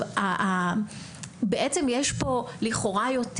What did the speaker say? עכשיו, בעצם יש פה לכאורה יותר.